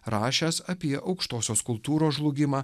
rašęs apie aukštosios kultūros žlugimą